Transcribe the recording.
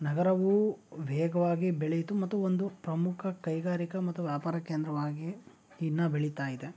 ನಗರವು ವೇಗವಾಗಿ ಬೆಳೆಯಿತು ಮತ್ತು ಒಂದು ಪ್ರಮುಖ ಕೈಗಾರಿಕಾ ಮತು ವ್ಯಾಪಾರ ಕೇಂದ್ರವಾಗಿ ಇನ್ನು ಬೆಳಿತಾ ಇದೆ